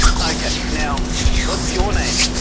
okay now what's your name?